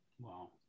Wow